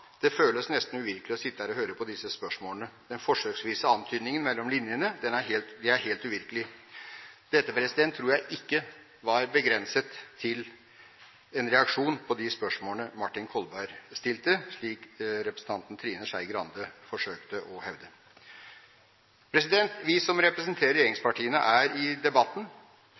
det føles nesten uvirkelig å sitte og høre på disse spørsmålene – den forsøksvise antydningen mellom linjene – det er helt uvirkelig.» Dette tror jeg ikke var begrenset til en reaksjon på de spørsmålene Martin Kolberg stilte, slik representanten Trine Skei Grande hevdet. Vi som representerer regjeringspartiene, er i debatten,